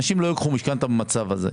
אנשים לא ייקחו משכנתא במצב הזה.